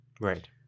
Right